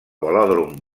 velòdrom